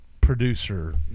producer